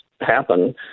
happen